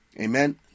Amen